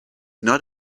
not